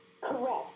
correct